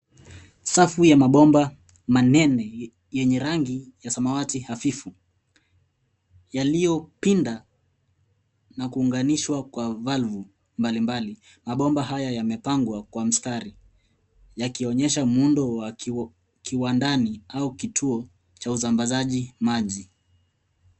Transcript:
Safu ya mabomba manene yenye rangi ya samawati hafifu yaliyopinda na kuunganishwa kwa valvu mbalimbali. Mabomba haya yamepangwa kwa mstari, yakionyesha muundo wa kiwandani au kituo cha usambazaji maji.